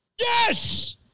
Yes